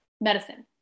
medicine